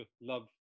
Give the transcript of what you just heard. love